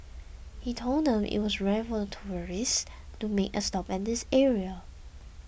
he told them it was rare for tourists to make a stop at this area